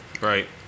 Right